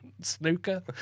Snooker